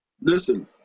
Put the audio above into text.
Listen